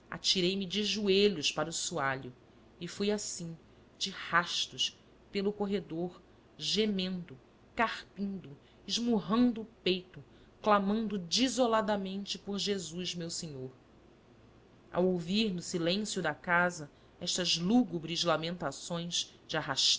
cabelo atirei-me de joelhos para o soalho e fui assim de rastos pelo corredor gemendo carpindo esmurrando o peito clamando desoladamente por jesus meu senhor ao ouvir no silêncio da casa estas lúgubres lamentações de arrastada